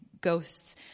ghosts